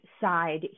side